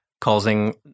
causing